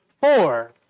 four